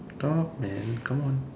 talk man come on